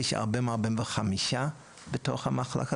יש בתוך המחלקה 40-45,